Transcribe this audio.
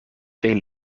veel